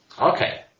Okay